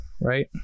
right